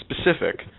specific